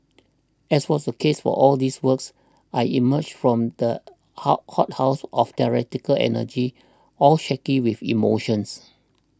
as was the case for all these works I emerged from the hot hothouse of theatrical energy all shaky with emotion